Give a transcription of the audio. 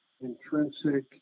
intrinsic